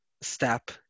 step